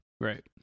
Right